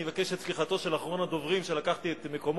אני אבקש את סליחתו של אחרון הדוברים שלקחתי את מקומו.